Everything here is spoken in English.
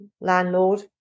landlord